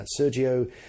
sergio